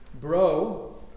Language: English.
bro